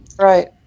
Right